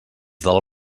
del